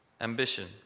ambition